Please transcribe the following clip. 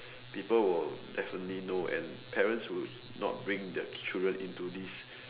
people will definitely know and parents would not bring their children into this